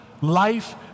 life